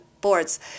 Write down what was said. boards